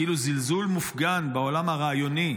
כאילו זלזול מופגן בעולם הרעיונות,